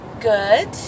Good